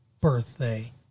birthday